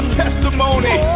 testimony